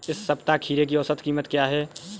इस सप्ताह खीरे की औसत कीमत क्या है?